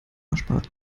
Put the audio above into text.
erspart